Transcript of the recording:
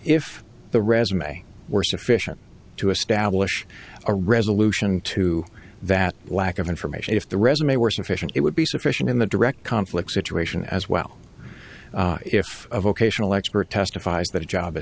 if the resume were sufficient to establish a resolution to that lack of information if the resume were sufficient it would be sufficient in the direct conflict situation as well if a vocational expert testifies that a job